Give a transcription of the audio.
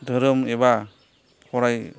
धोरोम एबा फराय